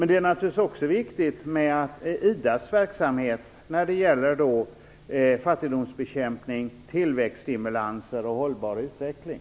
Det är naturligtvis också viktigt med IDA:s verksamhet när det gäller fattigdomsbekämpning, tillväxtstimulanser och hållbar utveckling.